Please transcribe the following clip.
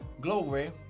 glory